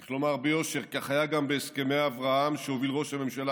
צריך לומר ביושר: כך היה גם בהסכמי אברהם שהוביל ראש הממשלה